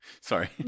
sorry